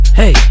Hey